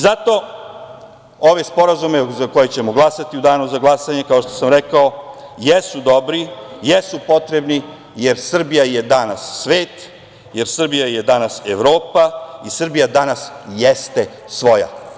Zato, ove sporazume za koje ćemo glasati u danu za glasanje kao što sam rekao jesu dobri, jesu potrebni, jer Srbija je danas svet, jer Srbija je danas Evropa i Srbija danas jeste svoja.